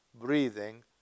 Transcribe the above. breathing